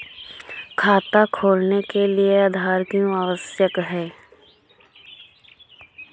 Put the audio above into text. खाता खोलने के लिए आधार क्यो आवश्यक है?